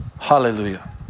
Hallelujah